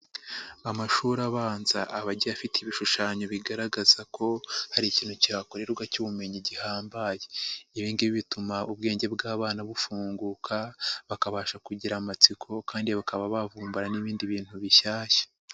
Amashuri abanza aba agiye afite ibishushanyo bigaragaza ko hari ikintu kihakorerwa cy'ubumenyi gihambaye. Ibi ngibi bituma ubwenge bw'abana bufunguka, bakabasha kugira amatsiko kandi bakaba bavumbura n'ibindi bintu bishyashya.